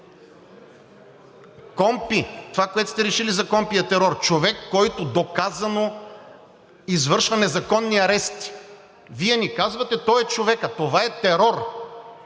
– това, което сте решили за КПКОНПИ, е терор. Човек, който доказано извършва незаконни арести, Вие ни казвате: „Той е човекът!“, това е терор.